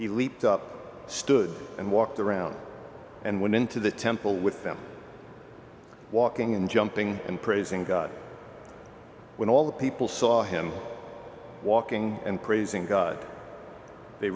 he leapt up stood and walked around and went into the temple with them walking and jumping and praising god when all the people saw him walking and praising god they